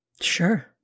Sure